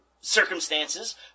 circumstances